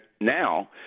now